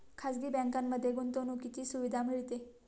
खाजगी बँकांमध्ये गुंतवणुकीची सुविधा मिळते